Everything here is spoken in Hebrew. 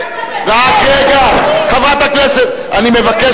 וההזוי הזה מדבר.